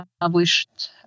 published